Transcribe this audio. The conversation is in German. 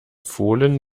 fohlen